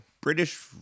British